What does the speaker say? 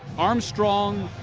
armstrong,